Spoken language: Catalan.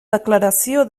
declaració